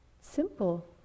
simple